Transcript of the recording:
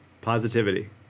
positivity